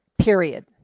period